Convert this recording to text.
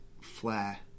Flair